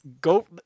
go